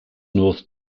north